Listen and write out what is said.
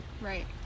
right